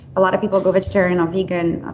a lot of people go vegetarian or vegan.